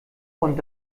und